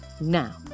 Now